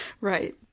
Right